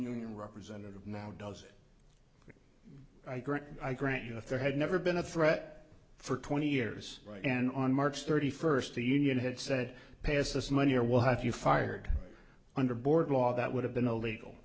union representative now does it i grant you if there had never been a threat for twenty years and on march thirty first the union had said pass this money or we'll have you fired under board law that would have been illegal